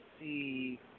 see